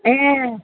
ए